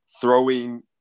throwing –